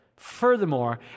Furthermore